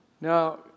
Now